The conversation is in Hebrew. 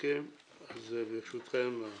אז ברשותכם,